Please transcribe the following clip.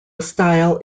style